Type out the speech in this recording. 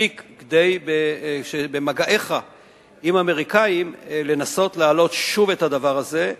מספיק במגעיך עם האמריקנים לנסות ולהעלות שוב את הדבר הזה.